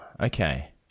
okay